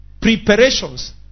preparations